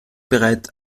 bereit